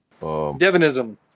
Devonism